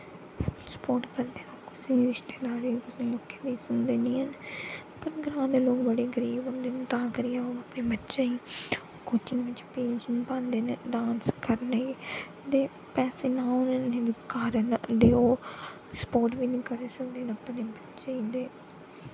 support करदे न ओह् कुसै रिश्तेदार कुसै दी सुनदे निं ऐ पर ग्रां दे लोग बड़े गरीब होंदे तां करियै अपने बच्चें गी कोचिंग बिच्च भेज निं पांदे न डांस करने गी उंदे पैसे न होने दे कारन ओह् सपोर्ट बी निं करी सकदे अपने बच्चें गी